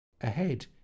Ahead